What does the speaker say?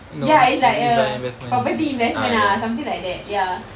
ya it's like a property investment ah something like that ya